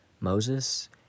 Moses